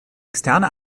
externe